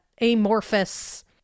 amorphous